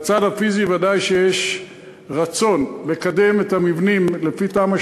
בצד הפיזי ודאי יש רצון לקדם את המבנים לפי תמ"א